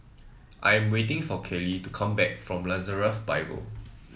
I am waiting for Kaley to come back from Nazareth Bible